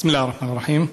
בסם אללה א-רחמאן א-רחים.